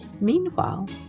Meanwhile